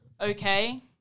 okay